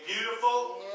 Beautiful